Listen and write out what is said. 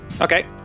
Okay